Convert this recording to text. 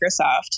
Microsoft